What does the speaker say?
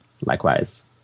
Likewise